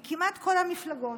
כמעט מכל המפלגות.